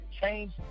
change